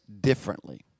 differently